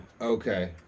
Okay